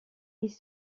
ils